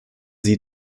sie